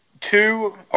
two